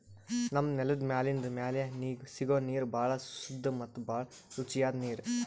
ನಮ್ಮ್ ನೆಲದ್ ಮ್ಯಾಲಿಂದ್ ಮ್ಯಾಲೆ ಸಿಗೋ ನೀರ್ ಭಾಳ್ ಸುದ್ದ ಮತ್ತ್ ಭಾಳ್ ರುಚಿಯಾದ್ ನೀರ್